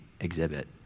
exhibit